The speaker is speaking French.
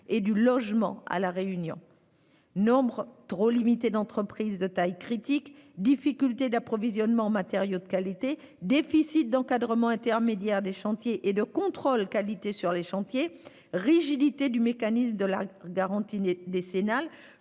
et du logement à La Réunion : nombre trop limité d'entreprises de taille critique ; difficultés d'approvisionnement en matériaux de qualité ; déficit d'encadrement intermédiaire des chantiers et de contrôle qualité ; rigidité du mécanisme de la garantie décennale